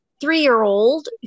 three-year-old